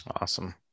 Awesome